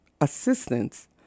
assistance